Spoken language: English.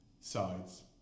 sides